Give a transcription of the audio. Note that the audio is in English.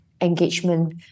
engagement